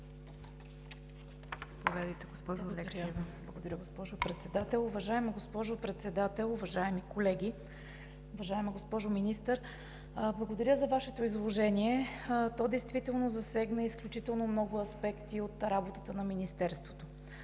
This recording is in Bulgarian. благодаря за Вашето изложение. То действително засегна изключително много аспекти от работата на Министерството.